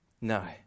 No